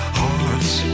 hearts